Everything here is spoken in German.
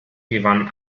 gewann